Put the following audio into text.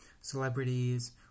celebrities